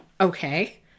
Okay